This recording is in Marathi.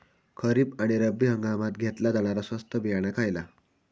खरीप आणि रब्बी हंगामात घेतला जाणारा स्वस्त बियाणा खयला?